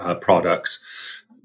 products